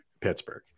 Pittsburgh